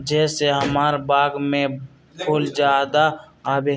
जे से हमार बाग में फुल ज्यादा आवे?